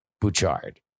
Bouchard